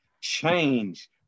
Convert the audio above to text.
change